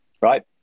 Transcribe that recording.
right